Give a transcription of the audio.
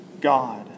God